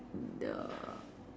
uh